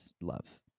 love